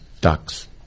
ducks